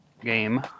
game